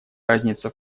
разница